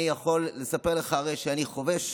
אני יכול לספר לך שאני חובש